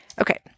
okay